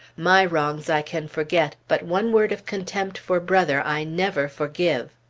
my wrongs i can forget but one word of contempt for brother i never forgive!